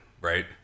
right